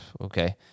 Okay